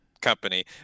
company